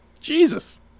Jesus